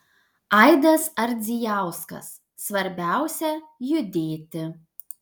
aidas ardzijauskas svarbiausia judėti